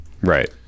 right